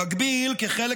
במקביל, כחלק